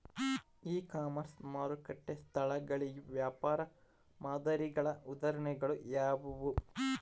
E commerce ಮಾರುಕಟ್ಟೆ ಸ್ಥಳಗಳಿಗೆ ವ್ಯಾಪಾರ ಮಾದರಿಗಳ ಉದಾಹರಣೆಗಳು ಯಾವುವು?